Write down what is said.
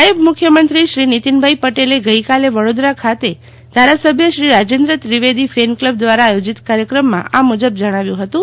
નાયબ મુખ્યમંત્રી શ્રી નીતિનભાઈ પટેલે ગઇકાલે વડોદરા ખાતે ધારાસભ્ય શ્રી રાજેન્દ્ર ત્રિવેદી ફેન ક્લબ દ્વારા આયોજિત કાર્યક્રમમાં બોલતાં આ મુજબ જણાવ્યું હતું